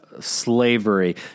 slavery